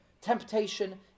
temptation